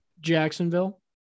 Jacksonville